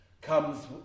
comes